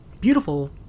beautiful